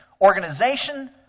organization